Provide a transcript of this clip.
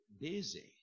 busy